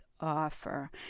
offer